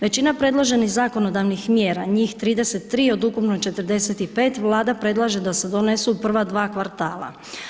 Većina predloženih zakonodavnih mjera, njih 33 od ukupno 45 Vlada predlaže da se donesu u prva dva kvartala.